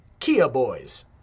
#KiaBoys